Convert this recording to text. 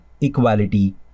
equality